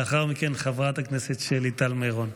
לאחר מכן, חברת הכנסת שלי טל מירון.